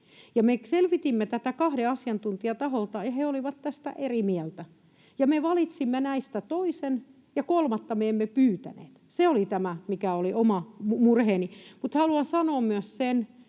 selvitimme tätä kahden asiantuntijan taholta, he olivat tästä eri mieltä. Me valitsimme näistä toisen, ja kolmatta me emme pyytäneet. Se oli tämä, mikä oli oma murheeni. Haluan sanoa myös sen,